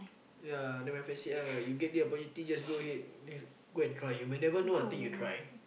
ya than my friend said uh you get the opportunity just go ahead go and try you might never know until you try